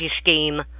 scheme